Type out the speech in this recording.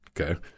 okay